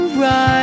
right